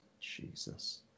Jesus